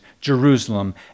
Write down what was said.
Jerusalem